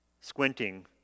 squinting